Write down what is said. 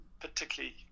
particularly